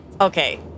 okay